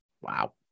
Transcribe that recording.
Wow